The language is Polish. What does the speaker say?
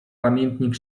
pamiętnik